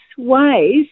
ways